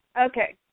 okay